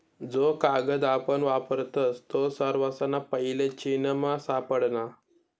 जो कागद आपण वापरतस तो सर्वासना पैले चीनमा सापडना